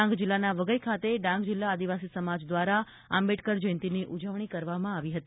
ડાંગ જિલ્લાના વઘઈ ખાતે ડાંગ જિલ્લા આદિવાસી સમાજ દ્વારા આંબેડકર જયંતિની ઉજવણી કરવામાં આવી હતી